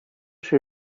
się